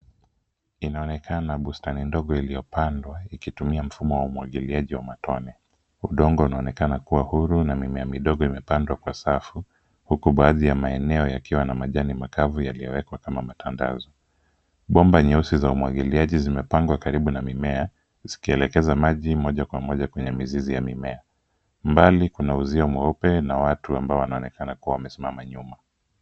Inaonekana bustani ndogo iliyopandwa ikitumia mfumo wa umwagiliaji wa matone. Udongo unaonekana kuwa huru na mimea midogo imepandwa kwa safu, huku baadhi ya maeneo yakiwa na majani makavu yaliyowekwa kama matandazo . Bomba nyeusi za umwagiliaji zimepangwa karibu na mimea, zikielekeza maji moja kwa moja kwenye mizizi ya mimea. Mbali kuna uzio mweupe, na watu ambao wanaonekana kuwa wamesimama nyuma.